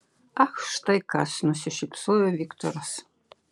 ach štai kas nusišypsojo viktoras